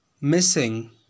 missing